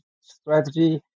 strategy